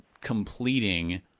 completing